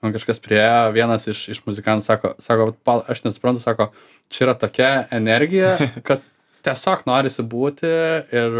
man kažkas priėjo vienas iš iš muzikanų sako sako aš nesuprantu sako čia yra tokia energija kad tiesiog norisi būti ir